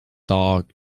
dog